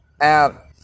Out